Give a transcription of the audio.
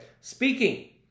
Speaking